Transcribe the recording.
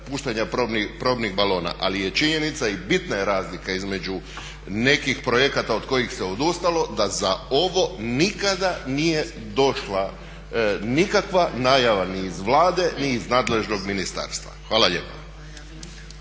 puštanja probnih balona. Ali je činjenica i bitna je razlika između nekih projekata od kojih se odustalo da za ovo nikada nije došla nikakva najava ni iz Vlade, ni iz nadležnog ministarstva. Hvala lijepa.